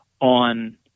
on